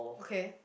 okay